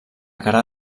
cara